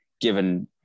given